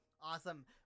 awesome